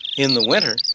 in the winter,